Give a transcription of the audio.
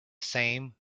same